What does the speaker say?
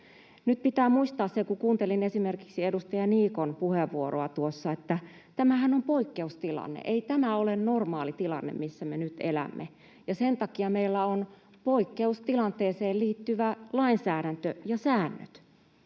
Nyt pitää muistaa se — kun kuuntelin esimerkiksi edustaja Niikon puheenvuoroa tuossa — että tämähän on poikkeustilanne. Ei tämä ole normaalitilanne, missä me nyt elämme, ja sen takia meillä on poikkeustilanteeseen liittyvä lainsäädäntö ja säännöt.